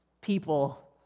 people